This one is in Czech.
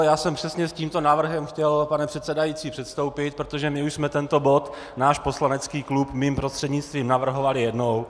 Ano, já jsem přesně s tímto návrhem chtěl, pane předsedající, vystoupit, protože my už jsme tento bod náš poslanecký klub mým prostřednictvím navrhovali jednou.